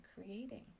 creating